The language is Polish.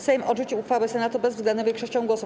Sejm odrzucił uchwałę Senatu bezwzględną większością głosów.